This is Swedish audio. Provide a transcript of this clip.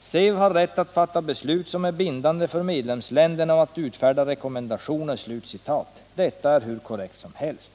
SEV har rätt att fatta beslut som är bindande för medlemsstaterna och att utfärda rekommendationer.” Detta är hur korrekt som helst.